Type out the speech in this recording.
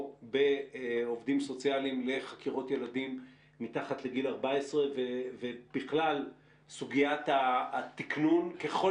בעובדים סוציאליים לחקירות ילדים מתחת לגיל 14 ובכלל סוגיית התקנון ככל